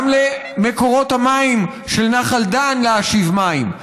גם למקורות המים של נחל דן להשיב מים,